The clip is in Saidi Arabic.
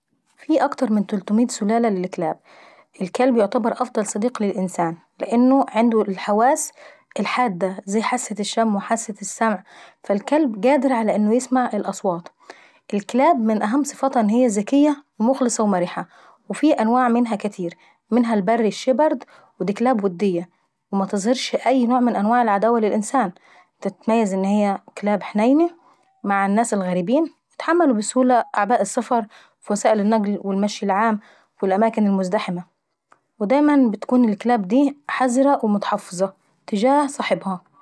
في اكتر من تلتمية سلالة للكلاب. فالكلب افضل صديق للإنسان لانه عنده الحواس الحادة زي حاسة السمع وحاسة الشم. فالكلب قادر على انه يسمع الأصوات، ومن اهم صفاتها ان هي ذكية ومرحة. وفي أنواع منها كاتيرة: منها الشيبرد ودي كلاب ودية متظهرش أي نوع من أنواع العداوة للانسان، وتتميز بان هي كلاب حنية مع الناس الغريبين، وتتحمل السفر ووسائل النقل والمشي العام والاماكن المزدجمة وديما الكلاب دي بتكون حذرة ومتحفظة تجاه صاحبها.